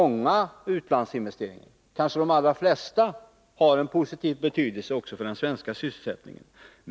Många utlandsinvesteringar, kanske de allra flesta, har positiv betydelse också för sysselsättningen i Sverige.